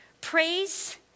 Praise